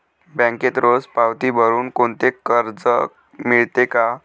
बँकेत रोज पावती भरुन कोणते कर्ज मिळते का?